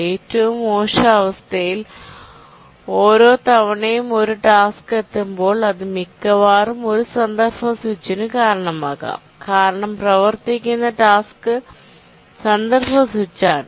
ഏറ്റവും മോശം അവസ്ഥയിൽ ഓരോ തവണയും ഒരു ടാസ്ക് എത്തുമ്പോൾ അത് മിക്കവാറും ഒരു കോണ്ടെസ്റ് സ്വിച്ചിന് കാരണമാകാം കാരണം പ്രവർത്തിക്കുന്ന ടാസ്ക് സ്വിച്ച ആണ്